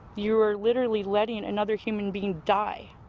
you are literally letting another human being die,